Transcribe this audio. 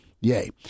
yay